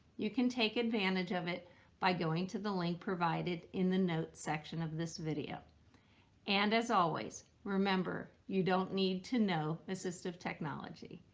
you can take advantage of it by going to the link provided in the notes section of this video and as always remember you don't need to know assistive technology,